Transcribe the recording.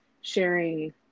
sharing